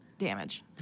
damage